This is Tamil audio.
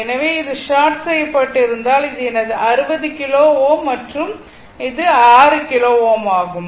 எனவே இது ஷார்ட் செய்யப்பட்டு இருந்தால் இது எனது 60 கிலோ Ω மற்றும் இது எனது 6 கிலோ Ω ஆகும்